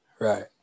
Right